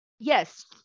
yes